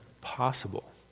possible